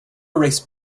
erase